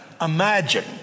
imagine